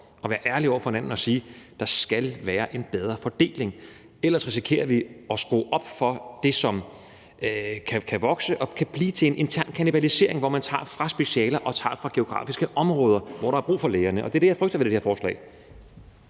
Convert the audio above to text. at være ærlige over for hinanden og sige, at der skal være en bedre fordeling. For ellers risikerer vi at skrue op for det, som kan vokse og kan blive til en intern kannibalisering, hvor man tager fra specialer og tager fra geografiske områder, hvor der er brug for lægerne. Og det er det, jeg frygter ved det her forslag.